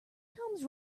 comes